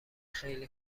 خیلی